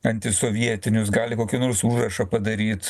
antisovietinius gali kokį nors užrašą padaryt